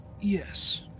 yes